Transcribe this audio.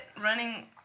running